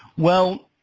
well,